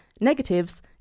negatives